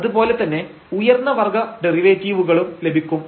അത് പോലെ തന്നെ ഉയർന്ന വർഗ്ഗ ഡെറിവേറ്റീവുകളും ലഭിക്കും